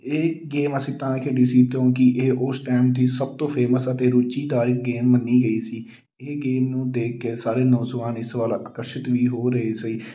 ਇਹ ਗੇਮ ਅਸੀਂ ਤਾਂ ਖੇਡੀ ਸੀ ਤੋਂ ਕੀ ਇਹ ਉਸ ਟਾਈਮ ਦੀ ਸਭ ਤੋਂ ਫੇਮਸ ਅਤੇ ਰੁਚੀਦਾਰ ਗੇਮ ਮੰਨੀ ਗਈ ਸੀ ਇਹ ਗੇਮ ਨੂੰ ਦੇਖ ਕੇ ਸਾਰੇ ਨੌਜਵਾਨ ਇਸ ਵੱਲ ਅਕਰਸ਼ਿਤ ਵੀ ਹੋ ਰਹੇ ਸੀ